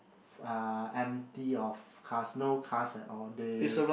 ah empty of cars no cars at all they